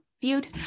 viewed